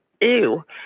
Ew